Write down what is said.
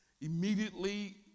immediately